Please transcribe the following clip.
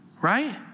right